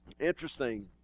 Interesting